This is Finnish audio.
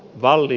valli